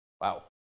wow